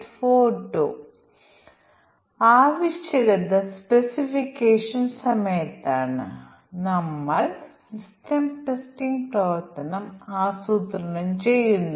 അവയിൽ മൂന്നും ഞങ്ങളുടെ പക്കലുണ്ടെങ്കിൽ അതെ അത് പ്രിന്റർ കമ്പ്യൂട്ടർ കേബിൾ പരിശോധിക്കുന്നു അതിനാൽ നിങ്ങളുടെ പ്രിന്റർ സോഫ്റ്റ്വെയർ ഇൻസ്റ്റാൾ ചെയ്യുകയും മഷി പരിശോധിക്കുകയും മാറ്റിസ്ഥാപിക്കുകയും ചെയ്യുന്നു